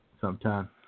sometime